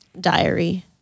diary